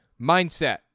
mindset